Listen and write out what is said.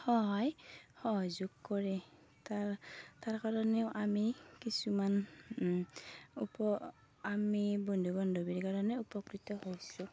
সহায় সহযোগ কৰে তাৰ তাৰকাৰণেও আমি কিছুমান আমি বন্ধু বান্ধৱীৰ কাৰণে উপকৃত হৈছোঁ